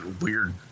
weird